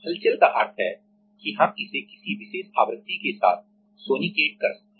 हलचल का अर्थ है कि हम इसे किसी विशेष आवृत्ति के साथ सोनिकेट sonicate कर सकते हैं